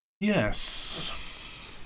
yes